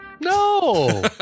No